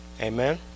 Amen